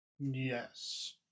Yes